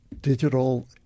digital